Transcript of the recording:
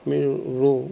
আমি ৰুওঁ